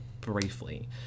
briefly